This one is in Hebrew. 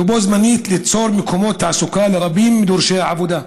ובו זמנית ליצור מקומות תעסוקה לרבים מדורשי העבודה.